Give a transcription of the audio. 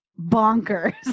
bonkers